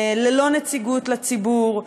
ללא נציגות לציבור,